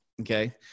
okay